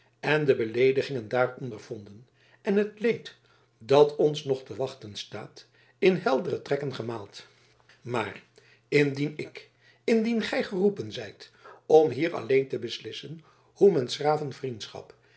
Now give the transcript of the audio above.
en de beleedigingen daar ondervonden en het leed dat ons nog te wachten staat in heldere trekken afgemaald maar indien ik indien gij geroepen zijt om hier alleen te beslissen hoe men s graven vriendschap